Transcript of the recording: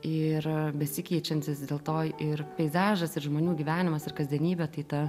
ir besikeičiantis dėl to ir peizažas ir žmonių gyvenimas ir kasdienybė tai ta